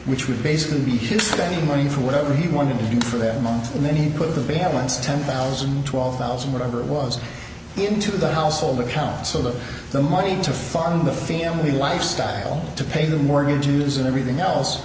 which would basically be his spending money for whatever he wanted to do for the month and then he put the bad ones ten thousand twelve thousand whatever it was into the household account so that the money to fund the family lifestyle to pay the mortgage using everything else